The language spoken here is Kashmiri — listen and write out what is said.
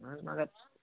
نہٕ حظ مگر